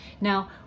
Now